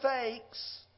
fakes